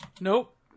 Nope